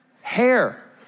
Hair